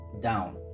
down